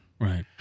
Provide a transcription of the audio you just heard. Right